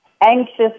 anxious